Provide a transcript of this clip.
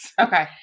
Okay